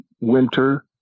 winter